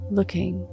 looking